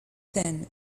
fin